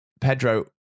Pedro